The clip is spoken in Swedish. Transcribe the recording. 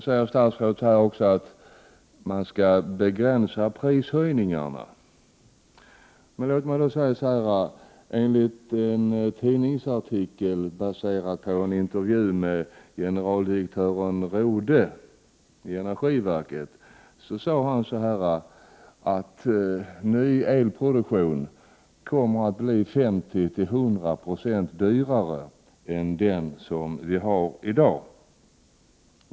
Statsrådet säger att man skall begränsa prishöjningarna. Men enligt en tidningsartikel baserad på en intervju med generaldirektören Rode på energiverket har han sagt att ny elproduktion kommer att bli 50-100 9c dyrare än den vi har i dag.